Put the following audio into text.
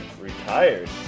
retired